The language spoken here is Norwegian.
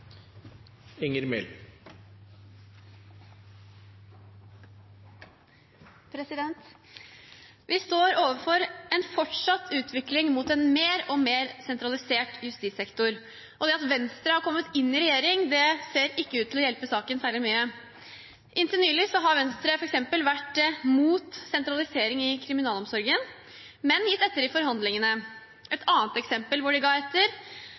slik satsing. Vi står overfor en fortsatt utvikling mot en mer og mer sentralisert justissektor. At Venstre har kommet inn i regjering, ser ikke ut til å hjelpe saken særlig mye. Inntil nylig har Venstre f.eks. vært imot sentralisering i kriminalomsorgen, men gitt etter i forhandlingene. Et annet eksempel hvor de ga etter,